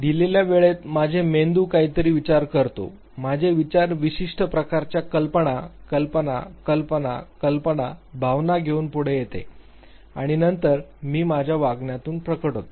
दिलेल्या वेळेत माझे मेंदू काहीतरी विचार करतो माझे विचार विशिष्ट प्रकारच्या कल्पना कल्पना कल्पना कल्पना भावना घेऊन पुढे येते आणि नंतर मी माझ्या वागण्यातून प्रकट होते